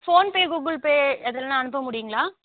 PhonePe Google Pay அதுலலாம் அனுப்பமுடியுங்களா